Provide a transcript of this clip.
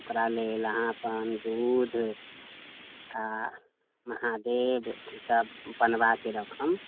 आओर ओकरा लेल अहाँ अपन दूध आओर महादेव ई सभ बनबाके रखम